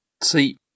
See